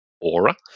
Aura